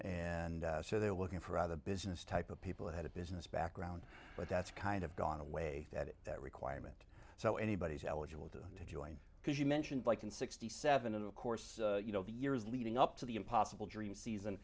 and so they're looking for other business type of people that had a business background but that's kind of gone away that requirement so anybody is eligible to join because you mentioned like in sixty seven and of course you know the years leading up to the impossible dream season